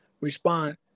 respond